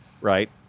right